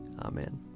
Amen